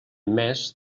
més